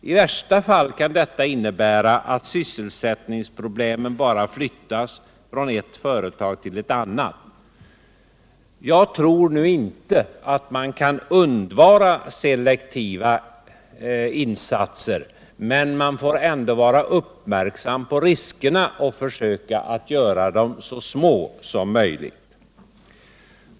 I värsta fall kan detta innebära att sysselsättningsproblemen bara flyttas från ett företag till ett annat. Jag tror nu inte att man kan undvara selektiva insatser, men man får vara uppmärksam på riskerna och försöka att göra dem så små som möjligt.